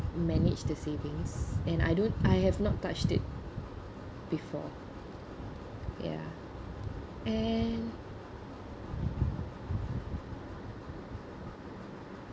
manage the savings and I don't I have not touched it before ya and